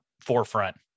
forefront